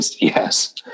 Yes